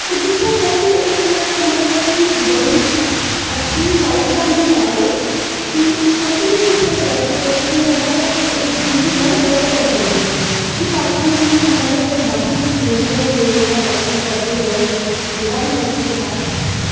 ते दिक्खेआ जाए इक बड़ी अच्छी बाईव दा म्हीना ऐ एह् तुस बी दिक्खेआ जाए ते तुस बी इस चीज़ उप्पर गौर करी सकदे ओ ते बाकी जेह्ड़े मौसम आई गे सर्दी आई जियां जेह्ड़ा बी मौसम होंदा ओह्